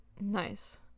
Nice